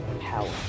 power